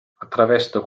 attraverso